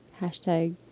Hashtag